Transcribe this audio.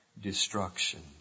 destruction